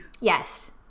Yes